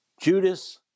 Judas